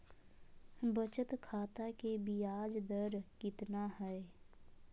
बचत खाता के बियाज दर कितना है?